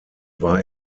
war